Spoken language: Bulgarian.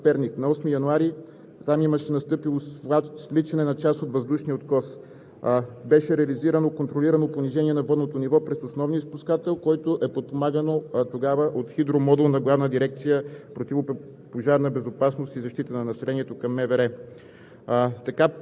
Конфликтна точка, за която знаете, беше язовир „Земен“, разположен в община Земен, област Перник. На 8 януари там имаше настъпило свличане на част от въздушния откос. Беше реализирано контролирано понижение на водното ниво през основния изпускател, което тогава е подпомагано от хидромодул на Главна дирекция „Противопожарна